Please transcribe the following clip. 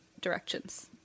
directions